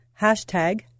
hashtag